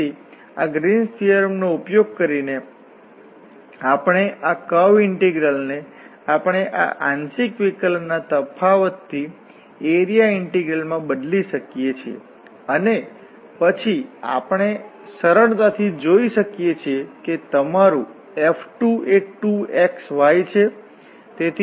તેથી આ ગ્રીન્સ થીઓરમનો ઉપયોગ કરીને આપણે આ કર્વ ઇન્ટીગ્રલ ને આપણે આ આંશિક વિકલન ના તફાવતથી એરિયા ઇન્ટીગ્રલ માં બદલી શકીએ છીએ અને પછી આપણે સરળતાથી જોઈ શકીએ છીએ કે તમારું F2 એ 2 x y છે